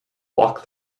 walk